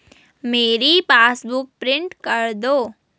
मेरी passbook print कर दो